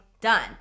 done